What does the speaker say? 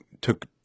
took